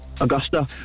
Augusta